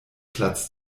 platz